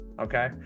Okay